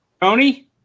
Tony